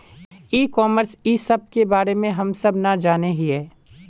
ई commerce इस सब के बारे हम सब ना जाने हीये?